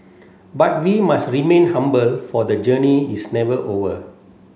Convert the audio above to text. but we must remain humble for the journey is never over